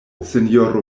sinjoro